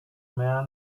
mehr